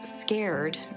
scared